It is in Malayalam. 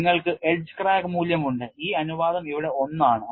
നിങ്ങൾക്ക് എഡ്ജ് ക്രാക്ക് മൂല്യം ഉണ്ട് ഈ അനുപാതം ഇവിടെ 1 ആണ്